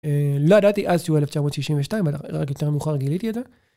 לא ידעתי אז שהוא 1962, אבל רק יותר מאוחר גיליתי את זה.